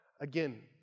again